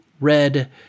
red